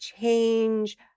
change